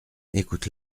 écoute